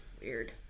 weird